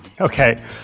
Okay